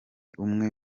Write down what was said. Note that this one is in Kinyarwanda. umwe